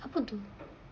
apa tu